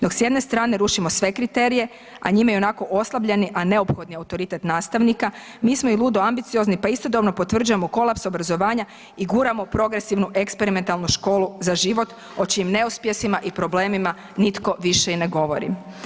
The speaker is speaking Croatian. Dok s jedne strane rušimo sve kriterije, a njime ionako oslabljeni, a neophodni autoritet nastavnika, mi smo i ludo ambiciozni pa istodobno potvrđujemo kolaps obrazovanja i guramo progresivnu eksperimentalnu Školu za život o čijem neuspjesima i problemima nitko više i ne govori.